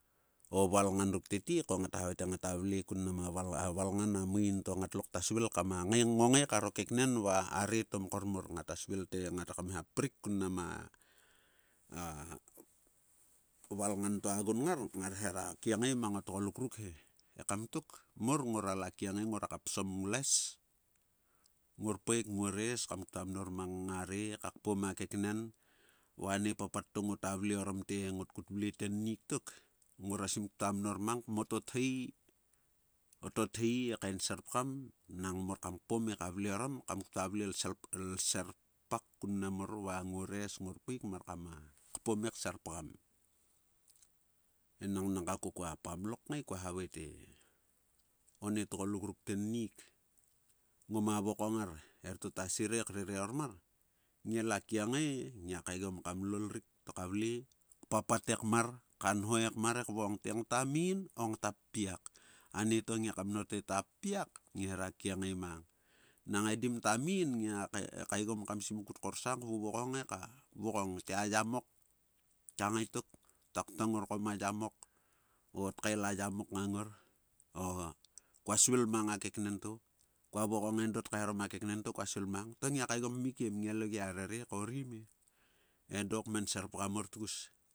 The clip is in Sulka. O valngan ruk tete ko ngata havae te ngata vle kun mnam a valngan. a maein to ngatlo kta svil kama ngongae kar o keknen va areto mkor mor. Ngata svil te ngat rekam gia prik kun mnam a valngan to a gunngar. ngar hera kiengae mang otgoluk ruk he. Ekam tok mor ngorala kiengae. ngoraka psom nglues. nguorpaek nguores kam kta mnor mang ngare. ka kpom a keknen. va ane papat to ngota vle orom te ngot kut vle tennik tok. ngora sim ktua mnor mang kmotothei. Otothei he kaenserpgam nang mor kam kpom heka vle orom kam ktua vlel serpak kun mnam mor vaguores nguorpaek. mar kama kpom he kserpgam. Enangga ko kua pamlok kngae. kua havae te. one tgoluk ruk tennik ngoma vokong ngar erieto ta sir he krere ormar. ngiala kiengae e. ngia kaegom kam lol rik to ka vle. kpapat ekmar. ka nho ekmar e kvokong te ngta min o ngta ppiak. Anieto ngiaka mnor te ta ppiak. ngera kiengae mang. Nang edim ta mim ngai kaegom kam simkut korsang kvuvolong heka vokong te ayamok. o tkael a yamok ngang ngor-o ko ma yamek. o tkaeharom a keken to kua svil mang. to ngai kaegom kmikiem. Ngai lo gia rere he korime. edo kmenser pgam mor tgus.